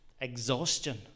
exhaustion